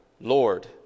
Lord